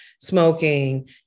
smoking